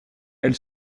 elle